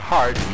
Hard